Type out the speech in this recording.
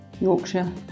Yorkshire